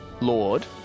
Lord